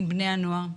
עם בני הנוער.